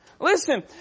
Listen